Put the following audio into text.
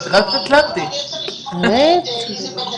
אם תוכלי לדבר על